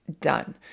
done